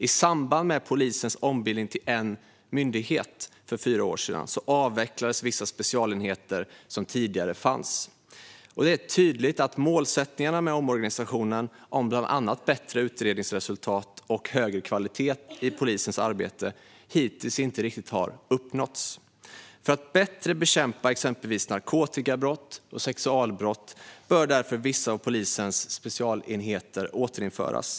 I samband med polisens ombildning till en myndighet för fyra år sedan avvecklades vissa specialenheter som fanns tidigare. Det är tydligt att målsättningarna med omorganisationen om bland annat bättre utredningsresultat och högre kvalitet i polisens arbete hittills inte riktigt har uppnåtts. För att man bättre ska kunna bekämpa exempelvis narkotikabrott och sexualbrott bör därför vissa av polisens specialenheter återinföras.